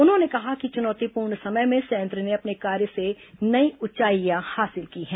उन्होंने कहा कि चुनौतीपूर्ण समय में संयंत्र ने अपने कार्य से नई ऊंचाइयां हासिल की हैं